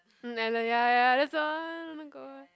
um Allen ya ya that's why wanna go eh